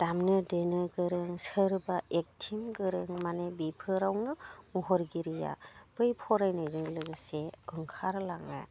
दामनो देनो गोरों सोरबा एक्टिं गोरों माने बिफोरावनो महरगिरिया बै फरायनायजों लोगोसे ओंखारलाङा